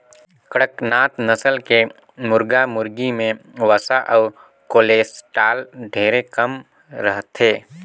कड़कनाथ नसल के मुरगा मुरगी में वसा अउ कोलेस्टाल ढेरे कम रहथे